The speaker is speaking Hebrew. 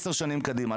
עשר שנים קדימה,